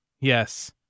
yes